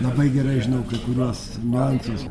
labai gerai žinau kai kuriuos niuansus